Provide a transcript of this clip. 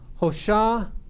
Hosha